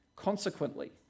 Consequently